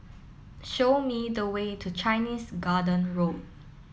show me the way to Chinese Garden Road